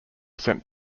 sent